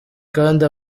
kandi